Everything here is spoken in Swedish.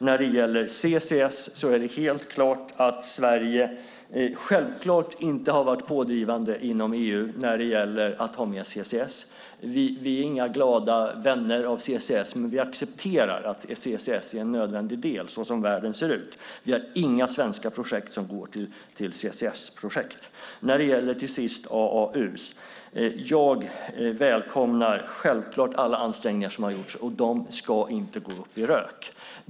När det gäller CCS är det självklart att Sverige inte har varit pådrivande inom EU när det gäller att ha med CCS. Vi är inga glada vänner av CCS, men vi accepterar att CCS är en nödvändig del såsom världen ser ut. Vi har inga svenska projekt som är CCS-projekt. Till sist till frågan om AAU:er välkomnar jag självklart alla ansträngningar som har gjorts. De ska inte gå upp i rök.